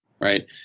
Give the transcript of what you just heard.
right